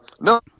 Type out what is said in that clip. No